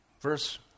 Verse